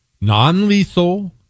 non-lethal